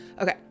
okay